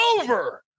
over